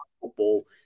football